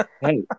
Hey